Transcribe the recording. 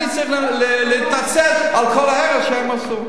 אני צריך להתנצל על כל ההרס שהם עשו.